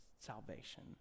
salvation